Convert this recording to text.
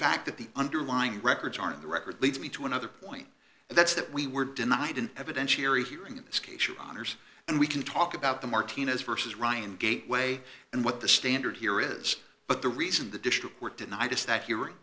fact that the underlying records are in the record leads me to another point and that's that we were denied an evidentiary hearing in this case your honour's and we can talk about the martinez versus ryan gateway and what the standard here is but the reason the district were denied is that he